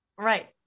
Right